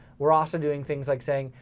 we're also doing things like saying,